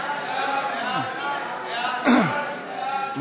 ההצעה להעביר את הצעת חוק הרשות השנייה